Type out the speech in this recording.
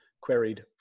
Queried